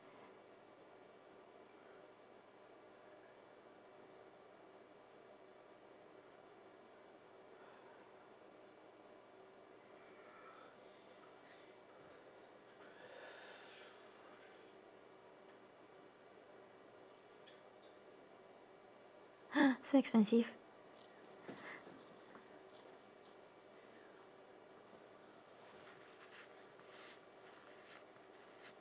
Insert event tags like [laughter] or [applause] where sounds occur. [noise] so expensive